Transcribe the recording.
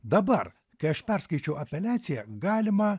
dabar kai aš perskaičiau apeliaciją galima